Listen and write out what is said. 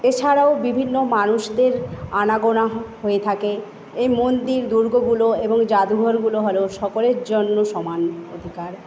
এছাড়াও বিভিন্ন মানুষদের আনাগোনা হয়ে থাকে এই মন্দির দুর্গগুলো এবং জাদুঘরগুলো হল সকলের জন্য সমান অধিকার